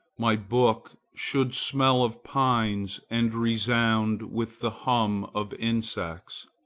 my book should smell of pines and resound with the hum of insects.